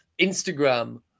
Instagram